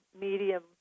medium